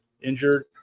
injured